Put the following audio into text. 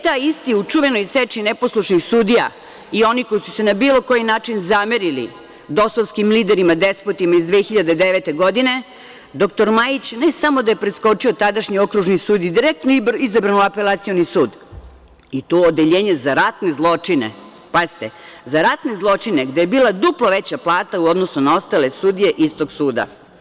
Taj isti u onoj čuvenoj seči neposlušnih sudija i onih koji su se na bilo koji način zamerili dosovskim liderima, despotima iz 2009. godine, dr Majić, ne samo da je preskočio tadašnji Okružni sud i direktno izabran u Apelacioni sud, i to u Odeljenje za ratne zločine, pazite, za ratne zločine, gde je bila duplo veća plata u odnosu na ostale sudije istog suda.